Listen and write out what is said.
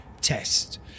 test